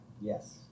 Yes